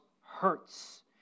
hurts